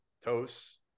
toast